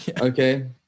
Okay